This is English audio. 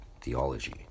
theology